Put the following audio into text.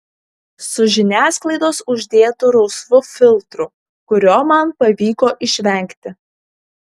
su žiniasklaidos uždėtu rausvu filtru kurio man pavyko išvengti